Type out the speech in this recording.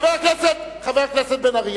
חבר הכנסת בן-ארי,